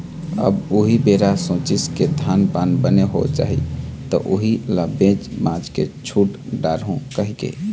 अब उही बेरा सोचिस के धान पान बने हो जाही त उही ल बेच भांज के छुट डारहूँ कहिके